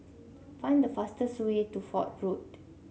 find the fastest way to Fort Road